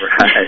Right